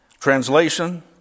translation